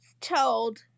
told